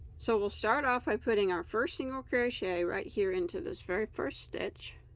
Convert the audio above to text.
so we'll start off by putting our first single crochet right here into this very first stitch